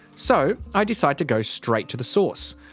so, i decide to go straight to the source.